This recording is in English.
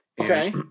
Okay